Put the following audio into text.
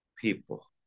people